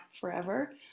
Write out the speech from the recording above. forever